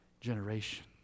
generation